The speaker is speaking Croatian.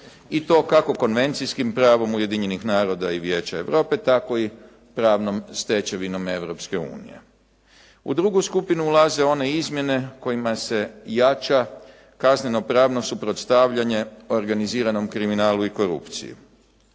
i to kako konvencijskim pravom Ujedinjenih naroda i Vijeća Europe tako i pravnom stečevinom Europske unije. U drugu skupinu ulaze one izmjene kojima se jača kaznenopravno suprotstavljanje organiziranom kriminalu i korupciji.